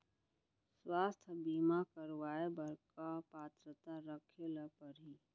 स्वास्थ्य बीमा करवाय बर का पात्रता रखे ल परही?